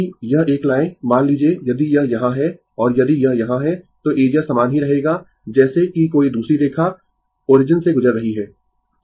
यदि यह एक लाएं मान लीजिए यदि यह यहां है और यदि यह यहां है तो एरिया समान ही रहेगा जैसे कि कोई दूसरी सीधी रेखा ओरिजिन से गुजर रही है